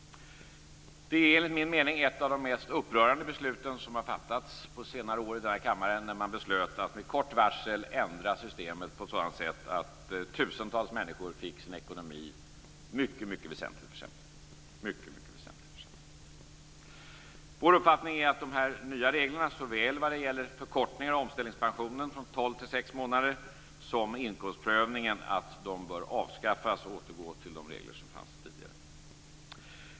Det är enligt min mening ett av de mest upprörande beslut som fattats på senare år i denna kammare när man beslöt att med kort varsel ändra systemet på ett sådant sätt att tusentals människor fick sin ekonomi mycket väsentligt försämrad. Vår uppfattning är att de nya reglerna vad gäller såväl förkortningen av tiden för omställningspensionen från tolv till sex månader som inkomstprövningen bör avskaffas och att man bör återgå till de regler som fanns tidigare.